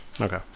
Okay